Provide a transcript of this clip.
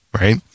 right